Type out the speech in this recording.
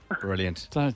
Brilliant